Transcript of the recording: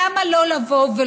למה לא לומר: